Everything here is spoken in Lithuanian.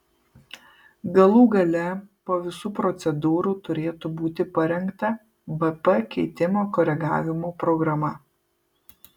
galų gale po visų procedūrų turėtų būti parengta bp keitimo koregavimo programa